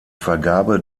vergabe